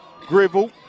Grivel